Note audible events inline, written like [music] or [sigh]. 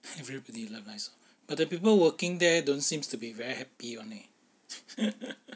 everybody loves daiso [laughs] but the people working there don't seems to be very happy [one] leh [laughs]